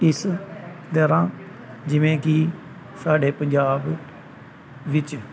ਇਸ ਤਰ੍ਹਾਂ ਜਿਵੇਂ ਕਿ ਸਾਡੇ ਪੰਜਾਬ ਵਿੱਚ